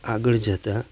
આગળ જતાં